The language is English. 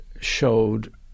showed